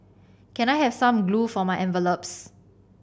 can I have some glue for my envelopes